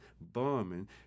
bombing